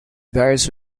varies